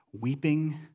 weeping